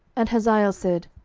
and hazael said,